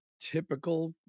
typical